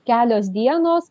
kelios dienos